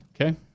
Okay